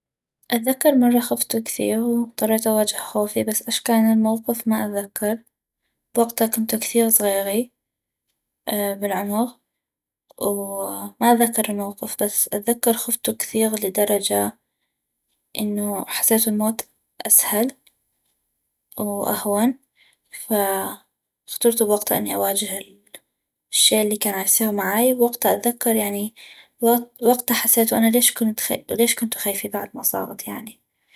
اذكر مرة خفتو كثيغ و اضطريتو أواجه خوفي بس اش كان الموقف ما أذكر بوقتا كنتو كثيغ زغيغي بالغمغ و ما اذكر الموقف بس أذكر خفتو كثيغ لدرجة انو حسيتو الموت أسهل و أهون ف اخترتو بوقتا اني أواجه الشي الي كان عيصيغ معاي بوقتا اذكر يعني وقتا حسيتو انا ليش كنت ليش كنتو خيفي بعد ما صاغت يعني